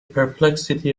perplexity